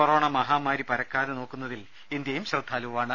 corona മഹാമാരി പരക്കാതെ നോക്കുന്നതിൽ ഇന്ത്യയും ശ്രദ്ധാലുവാണ്